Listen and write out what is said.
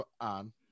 on